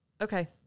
okay